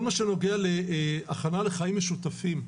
כל מה שנוגע להכנה לחיים משותפים: